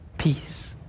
peace